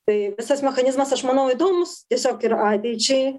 tai visas mechanizmas aš manau įdomus tiesiog ir ateičiai